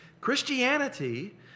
Christianity